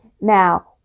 Now